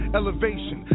elevation